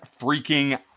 freaking